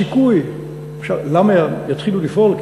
למה יתחילו לפעול?